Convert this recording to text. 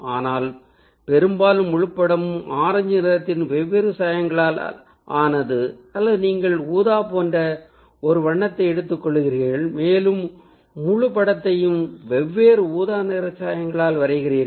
ஆனால் பெரும்பாலும் முழுப் படமும் ஆரஞ்சு நிறத்தின் வெவ்வேறு சாயங்களால் ஆனது அல்லது நீங்கள் ஊதா போன்ற ஒரு வண்ணத்தை எடுத்துக்கொள்கிறீர்கள் மேலும் முழு படத்தையும் வெவ்வேறு ஊதா நிற சாயங்களால் வரைகிறீர்கள்